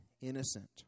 innocent